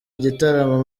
igitaramo